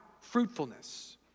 fruitfulness